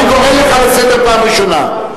אני קורא אותך לסדר פעם ראשונה.